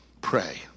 pray